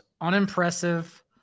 unimpressive